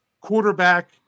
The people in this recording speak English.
quarterback